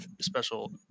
special